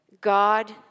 God